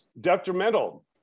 detrimental